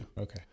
Okay